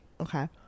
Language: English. Okay